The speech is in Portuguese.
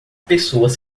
pessoas